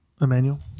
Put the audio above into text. Emmanuel